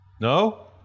No